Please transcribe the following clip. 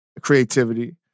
creativity